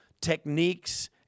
techniques